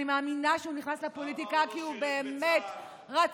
אני מאמינה שהוא נכנס לפוליטיקה כי הוא באמת רצה,